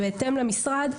ובהתאם למשרד,